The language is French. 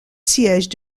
sièges